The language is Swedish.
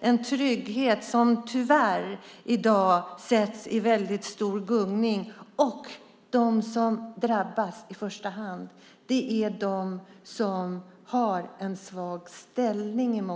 Det är en trygghet som tyvärr sätts i väldigt stor gungning i dag. De som i första hand drabbas är de som i mångt och mycket har en svag ställning.